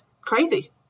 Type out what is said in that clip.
crazy